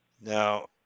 Now